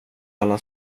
alla